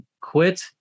quit